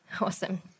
Awesome